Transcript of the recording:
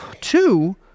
two